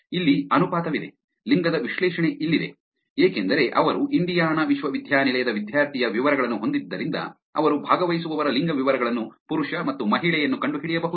ಇಲ್ಲಿ ಅನುಪಾತವಿದೆ ಲಿಂಗದ ವಿಶ್ಲೇಷಣೆ ಇಲ್ಲಿದೆ ಏಕೆಂದರೆ ಅವರು ಇಂಡಿಯಾನಾ ವಿಶ್ವವಿದ್ಯಾನಿಲಯದ ವಿದ್ಯಾರ್ಥಿಯ ವಿವರಗಳನ್ನು ಹೊಂದಿದ್ದರಿಂದ ಅವರು ಭಾಗವಹಿಸುವವರ ಲಿಂಗ ವಿವರಗಳನ್ನು ಪುರುಷ ಮತ್ತು ಮಹಿಳೆಯನ್ನು ಕಂಡುಹಿಡಿಯಬಹುದು